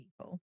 people